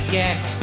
get